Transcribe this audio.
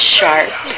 Sharp